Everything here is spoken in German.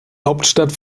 hauptstadt